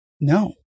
No